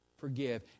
forgive